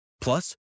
Plus